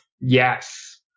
Yes